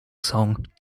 song